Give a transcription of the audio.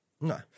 no